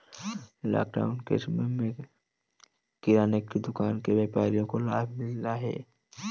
lockdown के समय में किराने की दुकान के व्यापारियों को लाभ मिला है